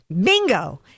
Bingo